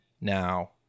now